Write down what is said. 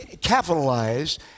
capitalize